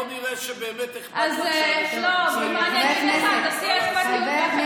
לא נראה שבאמת אכפת לך שאנשים נמצאים בלי חשמל,